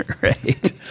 Right